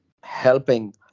helping